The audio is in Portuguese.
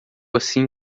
assim